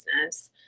business